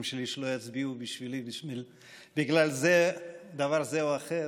שלי שלא יצביעו לי בגלל דבר זה או אחר,